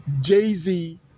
Jay-Z